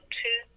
two